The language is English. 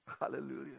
Hallelujah